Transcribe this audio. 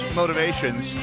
motivations